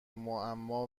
معما